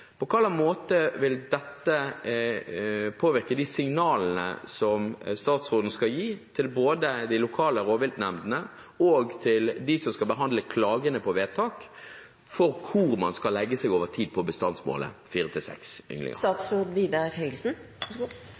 På hvilken måte vil dette påvirke de signalene som statsråden skal gi både til de lokale rovviltnemndene og til dem som skal behandle klagene på vedtak, for hvor man skal legge seg på bestandsmålet over tid